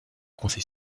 conseil